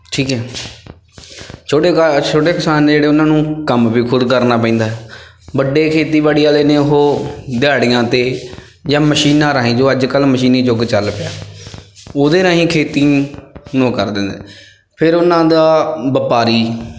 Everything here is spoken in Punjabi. ਠੀਕ ਹੈ ਛੋਟੇ ਕ ਛੋਟੇ ਕਿਸਾਨ ਨੇ ਜਿਹੜੇ ਉਹਨਾਂ ਨੂੰ ਕੰਮ ਵੀ ਖੁਦ ਕਰਨਾ ਪੈਂਦਾ ਵੱਡੇ ਖੇਤੀਬਾੜੀ ਵਾਲੇ ਨੇ ਉਹ ਦਿਹਾੜੀਆਂ 'ਤੇ ਜਾਂ ਮਸ਼ੀਨਾਂ ਰਾਹੀਂ ਜੋ ਅੱਜ ਕੱਲ੍ਹ ਮਸ਼ੀਨੀ ਯੁੱਗ ਚੱਲ ਪਿਆ ਉਹਦੇ ਰਾਹੀਂ ਖੇਤੀ ਨੂੰ ਨੂੰ ਕਰ ਦਿੰਦੇ ਫਿਰ ਉਹਨਾਂ ਦਾ ਵਪਾਰੀ